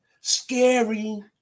scary